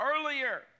earlier